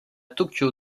tokyo